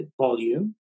volume